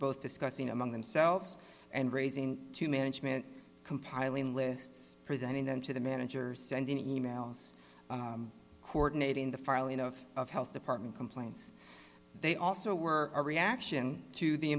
both discussing among themselves and raising to management compiling lists presenting them to the manager sending emails coordinating the filing of of health department complaints they also were a reaction to the